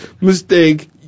mistake